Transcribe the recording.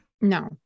No